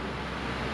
mm